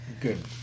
good